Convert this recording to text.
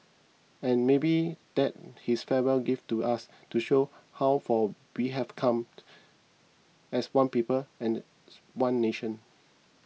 and maybe that's his farewell gift to us to show how far we've come as one people as one nation